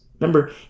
Remember